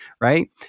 right